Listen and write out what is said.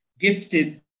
gifted